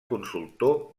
consultor